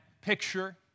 picture